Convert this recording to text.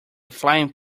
flying